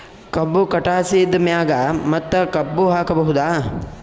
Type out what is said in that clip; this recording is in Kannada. ಕಬ್ಬು ಕಟಾಸಿದ್ ಮ್ಯಾಗ ಮತ್ತ ಕಬ್ಬು ಹಾಕಬಹುದಾ?